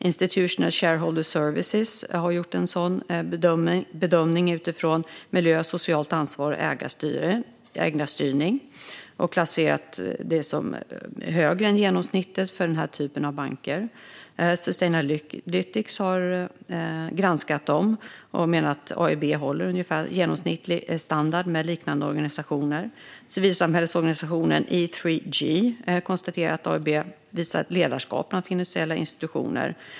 Institutional Shareholder Services har gjort en sådan bedömning utifrån miljö, socialt ansvar och ägarstyrning och klassificerat standarden som högre än genomsnittet för den här typen av banker. Sustainalytics har granskat banken och menar att AIIB håller ungefärlig genomsnittlig standard jämfört med liknande organisationer. Civilsamhällesorganisationen E3G konstaterar att AIIB visar ledarskap bland finansiella institutioner.